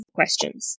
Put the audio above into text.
questions